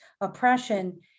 oppression